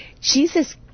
Jesus